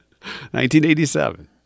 1987